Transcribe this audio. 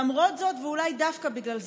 למרות זאת ואולי דווקא בגלל זה,